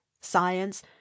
science